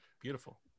Beautiful